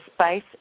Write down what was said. space